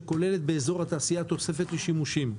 שכוללת באזור התעשייה תוספת לשימושים,